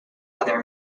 other